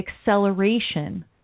acceleration